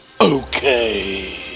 okay